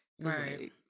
Right